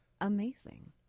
amazing